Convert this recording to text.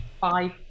five